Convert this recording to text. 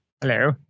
Hello